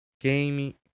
game